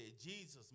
Jesus